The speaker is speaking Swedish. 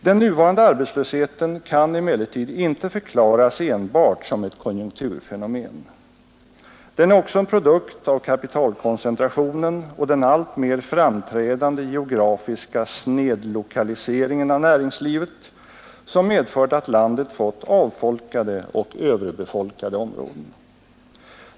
Den nuvarande arbetslösheten kan emellertid inte förklaras enbart som ett konjunkturfenomen. Den är också en produkt av kapitalkoncentrationen och den alltmer framträdande geografiska snedlokaliseringen av näringslivet, som medfört att landet fått avfolkade och överbefolkade områden.